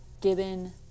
Gibbon